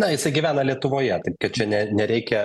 na jisai gyvena lietuvoje tai kad čia ne nereikia